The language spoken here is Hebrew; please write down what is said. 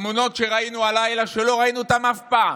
התמונות שראינו הלילה, לא ראינו אותן אף פעם,